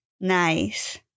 Nice